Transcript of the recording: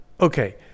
okay